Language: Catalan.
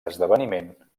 esdeveniment